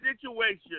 situation